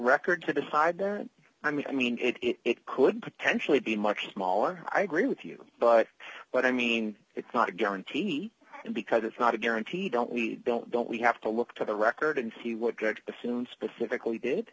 record to hide there i mean i mean it could potentially be much smaller i agree with you but but i mean it's not a guarantee because it's not a guarantee don't we don't don't we have to look to the record and see what the soon specifically did